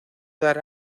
dar